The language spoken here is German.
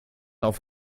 auf